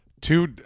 two